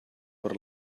per